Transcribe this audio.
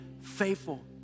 faithful